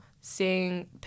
seeing